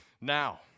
Now